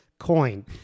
coin